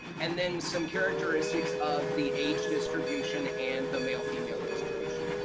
and then some characteristics of the age distribution and the male female distribution.